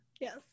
Yes